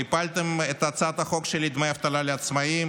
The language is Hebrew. והפלתם את הצעת החוק שלי לדמי אבטלה לעצמאים,